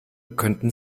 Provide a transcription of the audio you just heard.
könnten